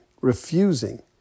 refusing